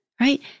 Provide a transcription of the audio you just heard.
right